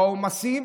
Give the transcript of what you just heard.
בעומסים,